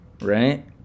right